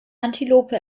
antilope